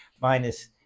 minus